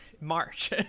March